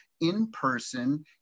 in-person